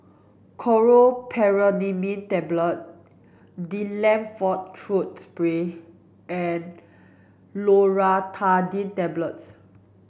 Chlorpheniramine Tablet Difflam Forte Throat Spray and Loratadine Tablets